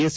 S